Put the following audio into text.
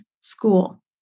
school